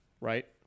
right